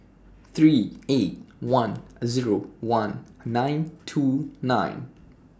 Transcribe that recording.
three eight one Zero one nine two nine